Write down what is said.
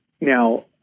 now